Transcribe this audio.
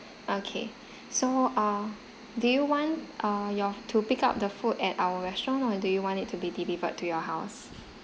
okay so err do you want err you'll have to pick up the food at our restaurant or do you want it to be delivered to your house